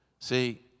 See